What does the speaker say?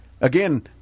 Again